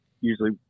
usually